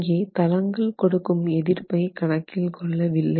இங்கே தளங்கள் கொடுக்கும் எதிர்ப்பை கணக்கில் கொள்ளவில்லை